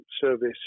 service